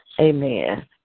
Amen